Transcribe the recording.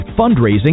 fundraising